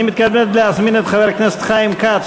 אני מתכבד להזמין את חבר הכנסת חיים כץ,